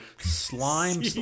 slime